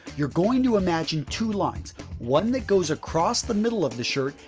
you're going to imagine two lines one that goes across the middle of the shirt,